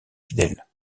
fidèles